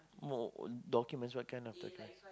mo~ uh documents what kind of documents